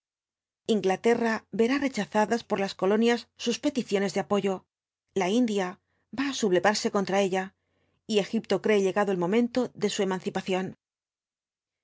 inglaterra verá rechazadas por las colonias sus peticiones d apoyo la india va á sublevarse contra ella y egipto cree llegado el momento de su emancipación